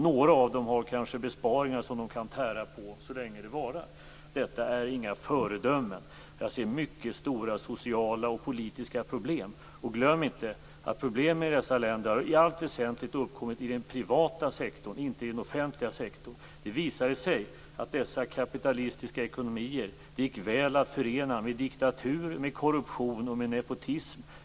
Några av dessa människor har kanske besparingar som de kan tära på så länge pengarna varar. De här länderna är inga föredömen. Jag ser mycket stora sociala och politiska problem. Och glöm inte att problemen i dessa länder i allt väsentligt har uppkommit i den privata sektorn, inte i den offentliga sektorn. Det har visat sig att dessa kapitalistiska ekonomier gick väl att förena med diktatur, korruption och nepotism.